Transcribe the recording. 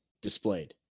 displayed